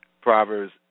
Proverbs